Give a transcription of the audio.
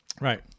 Right